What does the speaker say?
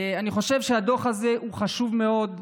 אני חושב שהדוח הזה הוא חשוב מאוד.